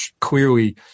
clearly